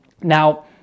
Now